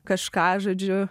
kažką žodžiu